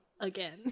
again